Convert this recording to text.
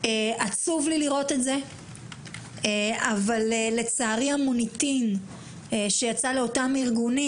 עצוב לי לראות את זה אבל לצערי המוניטין שיצא לאותם ארגונים